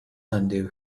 undo